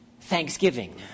thanksgiving